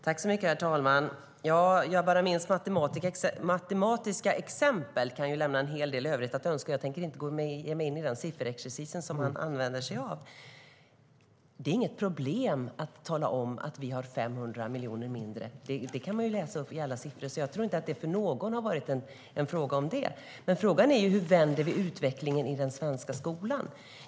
Herr talman! Jabar Amins matematiska exempel lämnar en hel del övrigt att önska. Jag tänker inte ge mig in i den sifferexercis som han använder sig av. Men frågan är hur vi ska vända utvecklingen i den svenska skolan.